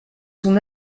son